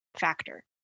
factor